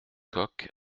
coq